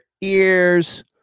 ears